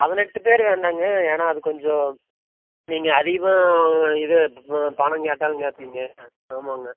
பதினெட்டு பேர் வேணாங்க ஏன்னால் அது கொஞ்சம் நீங்கள் அதிகமாக இது பணம் கேட்டாலும் கேட்பீங்க ஆ ஆமாங்க